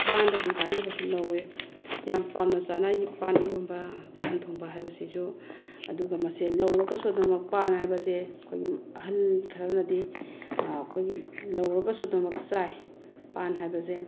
ꯄꯥꯟꯗꯒꯤ ꯀꯥꯟꯅꯕꯁꯨ ꯂꯧꯋꯦ ꯌꯥꯝ ꯄꯥꯝꯅ ꯆꯥꯟꯅꯩ ꯄꯥꯟ ꯏꯔꯣꯝꯕ ꯄꯥꯟ ꯊꯣꯡꯕ ꯍꯥꯏꯕꯁꯤꯁꯨ ꯑꯗꯨꯒ ꯃꯁꯦ ꯂꯧꯔꯒꯁꯨ ꯑꯗꯨꯃꯛ ꯄꯥꯟ ꯍꯥꯏꯕ ꯑꯁꯦ ꯑꯩꯈꯣꯏꯒꯤ ꯑꯍꯜ ꯈꯔꯅꯗꯤ ꯑꯩꯈꯣꯏꯒꯤ ꯂꯧꯔꯒꯁꯨ ꯑꯗꯨꯃꯛ ꯆꯥꯏ ꯄꯥꯟ ꯍꯥꯏꯕꯁꯦ